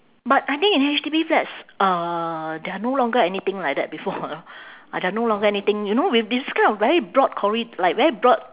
but I think in H_D_B flats uh there are no longer anything like that before ah are there no longer anything you know with these kind of very broad corri~ like very broad